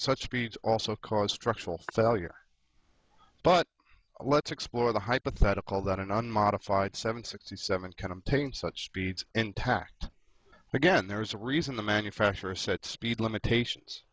such speeds also cause structural failure but let's explore the hypothetical that an unmodified seven sixty seven kind of pain such speeds intact again there's a reason the manufacturer said to speed limitations